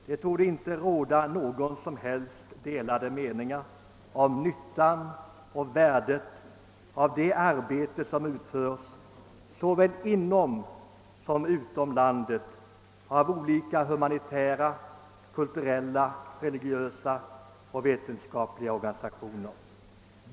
Det torde inte råda några de Jade meningar om nyttan och värdet av det arbete som utföres såväl inom som utom landet av olika humanitära, kulturella, religiösa och vetenskapliga organisationer.